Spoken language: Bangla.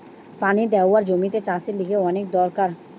পানি দেওয়া জমিতে চাষের লিগে অনেক বেশি দরকার